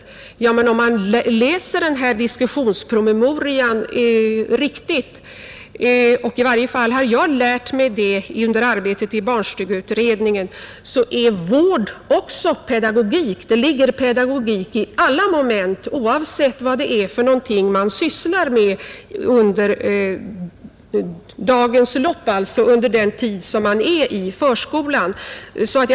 Ja, men om man läser diskussionspromemorian riktigt är begreppet vård också pedagogik. Det ligger pedagogik i alla moment, oavsett vad personalen sysslar med i förskolan, I varje fall har jag lärt mig detta under arbetet i barnstugeutredningen.